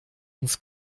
uns